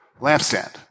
lampstand